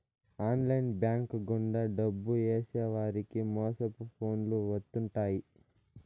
online bank గుండా డబ్బు ఏసేవారికి మోసపు ఫోన్లు వత్తుంటాయి